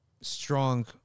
strong